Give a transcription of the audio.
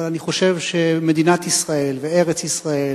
אבל אני חושב שמדינת ישראל וארץ-ישראל